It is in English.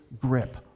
grip